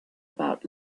about